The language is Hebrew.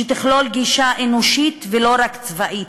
שתכלול גישה אנושית ולא רק צבאית,